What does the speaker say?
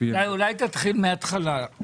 תתחיל מהתחלה.